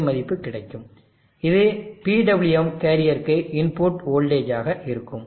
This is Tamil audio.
5 மதிப்பு கிடைக்கும் இது PWM கேரியருக்கு இன்புட் வோல்டேஜ் ஆக இருக்கும்